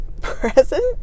present